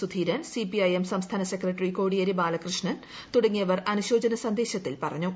Sudheeran CPI M സംസ്ഥാന secretary Kodiyeri Balakrishnan തുടങ്ങിയവർ അനുശോചന സന്ദേശത്തിൽ പറഞ്ഞു